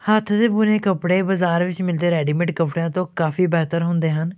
ਹੱਥ ਦੇ ਬੁਣੇ ਕੱਪੜੇ ਬਜ਼ਾਰ ਵਿੱਚ ਮਿਲਦੇ ਰੈਡੀਮੇਡ ਕੱਪੜਿਆਂ ਤੋਂ ਕਾਫੀ ਬਿਹਤਰ ਹੁੰਦੇ ਹਨ